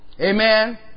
Amen